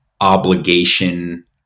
obligation